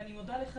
ואני מודה לך,